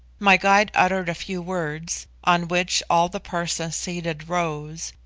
my guide uttered a few words, on which all the persons seated rose,